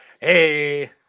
Hey